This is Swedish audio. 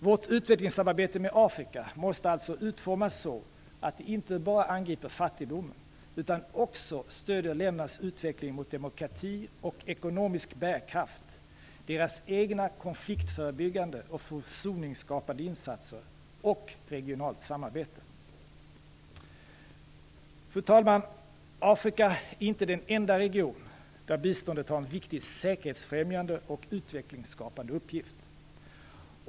Vårt utvecklingssamarbete med Afrika måste alltså utformas så att det inte bara angriper fattigdomen utan också stöder ländernas utveckling mot demokrati och ekonomisk bärkraft, deras egna konfliktförebyggande och försoningsskapande insatser och regionalt samarbete. Fru talman! Afrika är inte den enda region där biståndet har en viktig säkerhetsfrämjande och utvecklingsskapande uppgift.